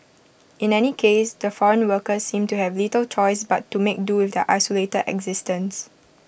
in any case the foreign workers seem to have little choice but to make do with their isolated existence